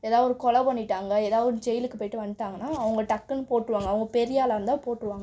ஏதாவது ஒரு கொலை பண்ணிவிட்டாங்க ஏதாவது ஜெயிலுக்கு போய்ட்டு வந்துட்டாங்கனா அவங்க டக்குன்னு போட்டுருவாங்க அவங்க பெரிய ஆளாக இருந்தால் போட்டுருவாங்க